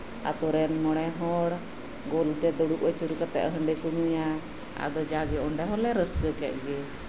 ᱟᱹᱛᱩ ᱨᱮᱱ ᱢᱚᱬᱮ ᱦᱚᱲ ᱜᱳᱞ ᱛᱮ ᱫᱩᱲᱩᱵ ᱟᱹᱪᱩᱨ ᱠᱟᱛᱮᱜ ᱦᱟᱹᱰᱤ ᱠᱚ ᱧᱩᱭᱟ ᱟᱫᱚ ᱡᱟᱜᱮ ᱚᱱᱰᱮ ᱦᱚᱞᱮ ᱨᱟᱹᱥᱠᱟᱹ ᱠᱮᱜ ᱜᱮ